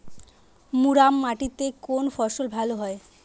মুরাম মাটিতে কোন ফসল ভালো হয়?